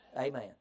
Amen